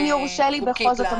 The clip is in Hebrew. אם יורשה לי בכל זאת,